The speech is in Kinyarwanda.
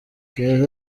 keza